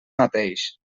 mateix